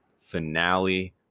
finale